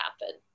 happen